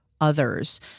others